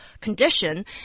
condition